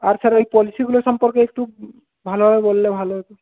আর sir এই পলিসিগুলো সম্পর্কে একটু ভালোভাবে বললে ভালো হত